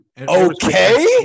Okay